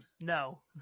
No